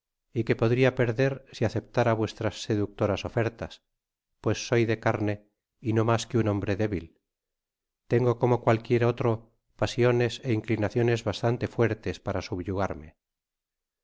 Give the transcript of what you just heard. y que podria perder si aceptara vuestras seductoras ofertas pues soy de carne y no mas que un hombre débil tengo como cualquiera otro pasiones ó inclinacionos bastante fuertes para subyugarme